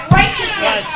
righteousness